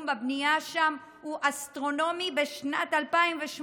בבנייה שם הוא אסטרונומי בשנת 2008,